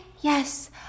yes